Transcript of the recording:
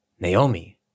Naomi